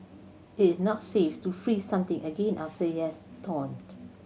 it is not safe to freeze something again after it has thawed